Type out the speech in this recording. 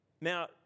Now